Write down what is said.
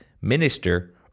Minister